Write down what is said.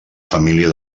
família